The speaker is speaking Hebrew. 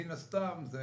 מן הסתם זה